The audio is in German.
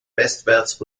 westwärts